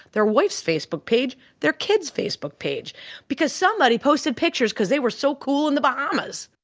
their wife's facebook page, their kid's facebook page, because somebody posted pictures because they were so cool in the bahamas.